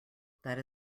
that